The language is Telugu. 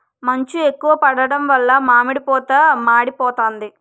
మంచు ఎక్కువ పడడం వలన మామిడి పూత మాడిపోతాంది